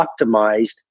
optimized